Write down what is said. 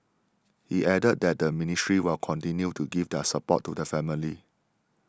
he added that the ministry will continue to give their support to the family